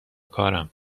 کارم